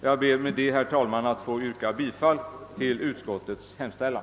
Jag ber, herr talman, att få yrka bifall till utskottets hemställan.